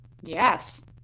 yes